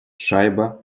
шайба